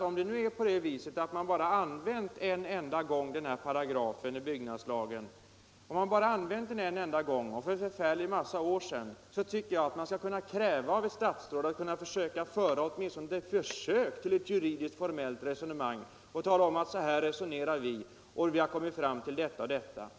Om man nu endast en enda gång — och för en förfärlig massa år sedan — använt denna paragraf i byggnadslagen, då tycker jag att man skall kunna kräva av ett statsråd att göra ett försök till ett formellt riktigt juridiskt resonemang och tala om att så här resonerar vi, vi har kommit fram till detta och detta.